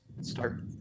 start